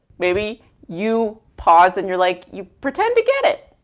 maybe you pause and you're like, you pretend to get it,